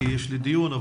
כי יש לי דיון,